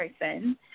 person